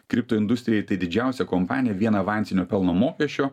kripto industrijai tai didžiausia kompanija vien avansinio pelno mokesčio